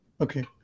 Okay